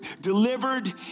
delivered